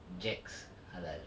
jack's halal